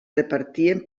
repartien